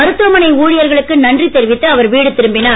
மருத்துவமனை ஊழியர்களுக்கு நன்றி தெரிவித்து அவர் வீடு திரும்பினார்